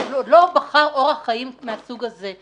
והוא עוד לא בחר אורח חיים מהסוג הזה.